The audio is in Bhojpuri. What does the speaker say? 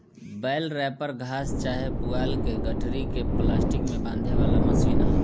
बेल रैपर घास चाहे पुआल के गठरी के प्लास्टिक में बांधे वाला मशीन ह